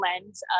lens